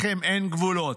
לכם אין גבולות.